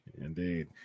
Indeed